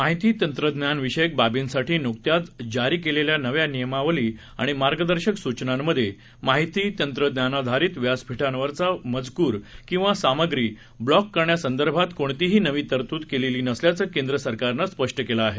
माहिती तंत्रज्ञानविषयक बार्बीसाठी नुकत्याच जारी केलेल्या नव्या नीयमावली आणि मार्गदर्शक सूचनांमधे माहिती तंत्रज्ञानाधारीत व्यासपीठांवरचा मजकूर किंवा सामग्री ब्लॉक करण्यासंदर्भात कोणतीही नवी तरतूद केलेली नसल्याचं केंद्र सरकारनं स्पष्ट केलं आहे